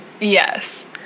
Yes